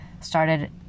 started